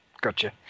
gotcha